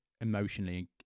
emotionally